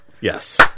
Yes